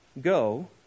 go